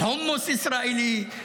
חומוס ישראלי,